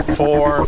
four